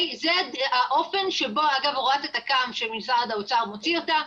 זה האופן שבו הוראת התכ"מ שמשרד האוצר מוציא אותה,